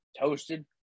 toasted